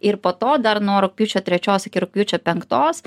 ir po to dar nuo rugpjūčio trečios iki rugpjūčio penktos